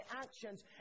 actions